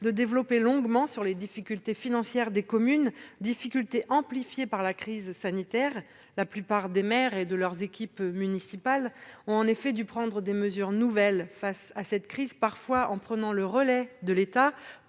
développement sur les difficultés financières des communes, qui ont été amplifiées par la crise sanitaire. En effet, la plupart des maires et des membres des équipes municipales ont dû prendre des mesures nouvelles face à cette crise, parfois en prenant le relais de l'État,